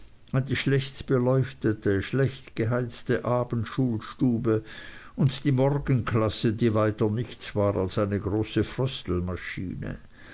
die schlecht beleuchtete und schlecht geheizte abendschulstube und die morgenklasse die weiter nichts war als eine große